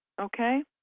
okay